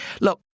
Look